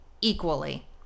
equally